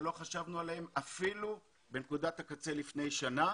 שלא חשבנו עליהם אפילו בנקודת הקצה לפני שנה,